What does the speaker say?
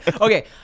okay